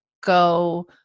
go